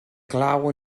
glaw